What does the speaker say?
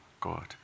God